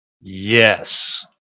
Yes